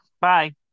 Bye